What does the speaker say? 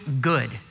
good